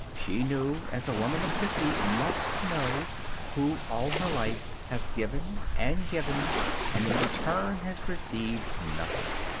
she knew as a woman of fifty must know who, all her life, has given and given and in return has received nothing.